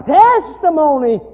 testimony